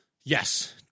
yes